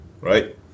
Right